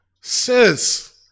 Sis